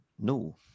No